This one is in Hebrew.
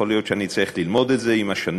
יכול להיות שאני אצטרך ללמוד את זה עם השנים,